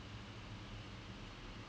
கடைசிலே:kadaisilae none of these guys hurt